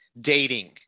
dating